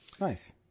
nice